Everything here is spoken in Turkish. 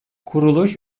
kuruluş